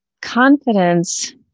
confidence